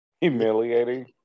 Humiliating